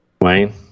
Wayne